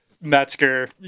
Metzger